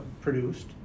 produced